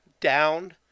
down